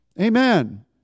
Amen